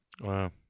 Wow